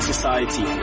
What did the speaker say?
society